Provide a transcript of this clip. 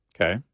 Okay